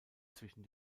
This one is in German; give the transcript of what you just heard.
zwischen